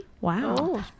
Wow